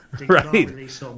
Right